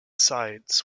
sides